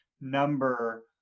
number